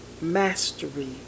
mastery